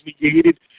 negated